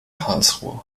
karlsruhe